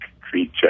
creature